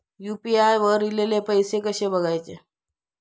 UPI वर ईलेले पैसे कसे बघायचे?